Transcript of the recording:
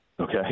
Okay